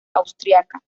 austriaca